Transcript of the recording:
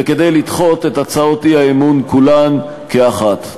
וכדי לדחות את הצעות האי-אמון כולן כאחת.